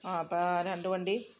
ആ അപ്പോഴാ രണ്ട് വണ്ടി